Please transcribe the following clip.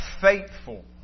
faithful